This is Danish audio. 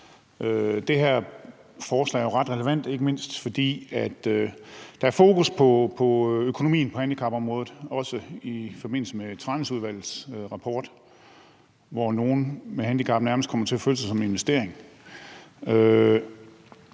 Det her forslag er jo ret relevant, ikke mindst fordi der er fokus på økonomien på handicapområdet, også i forbindelse med Tranæsudvalgets rapport, hvor nogle med handicap nærmest kommer til at føle sig som en investering.